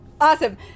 Awesome